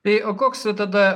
tai o koks tada